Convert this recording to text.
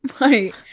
Right